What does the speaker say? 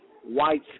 White